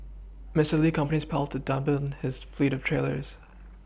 Mister Li's company plans to double has fleet of trailers